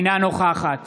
אינה נוכחת